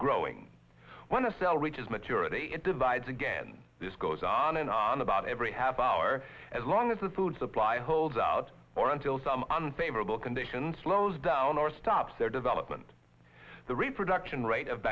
growing when a cell reaches maturity it divides again this goes on and on about every half hour as long as the food supply holds out or until some unfavorable conditions slows down or stops their development the reproduction rate of